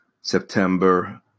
September